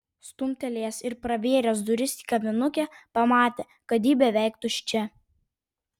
stumtelėjęs ir pravėręs duris į kavinukę pamatė kad ji beveik tuščia